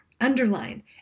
underline